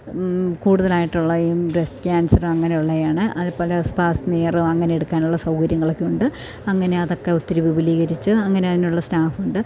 കൂടുതലായിട്ടുള്ള ഈ breast cancer അങ്ങനെയുള്ളയാണ് അതെപോലെ സ് സ്പാസ് നിയറോ അങ്ങനെ എടുക്കാനുള്ള സൗകര്യങ്ങളൊക്കെ ഉണ്ട് അങ്ങനെ അതൊക്കെ ഒത്തിരി വിപുലീകരിച്ച് അങ്ങനെ അതിനുള്ള സ്റ്റാഫുണ്ട്